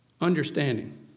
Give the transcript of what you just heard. understanding